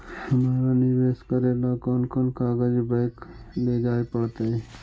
हमरा निवेश करे ल कोन कोन कागज बैक लेजाइ पड़तै?